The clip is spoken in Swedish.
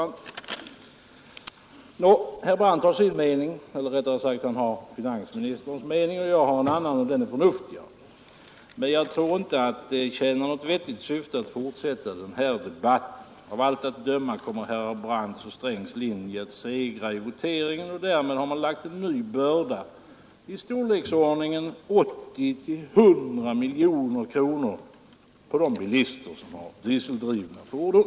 Nå, herr Brandt har sin mening i denna fråga — eller rättare sagt han har finansministerns mening — och jag har en annan och förnuftigare, och jag tror inte att det tjänar något vettigt syfte att fortsätta denna debatt. Av allt att döma kommer herrar Brandts och Strängs linje att segra i voteringen, och därmed har man lagt ytterligare en börda av storleksordningen 80 till 100 miljoner kronor på de bilister som har dieseldrivna fordon.